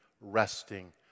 resting